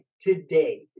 today